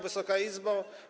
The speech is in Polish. Wysoka Izbo!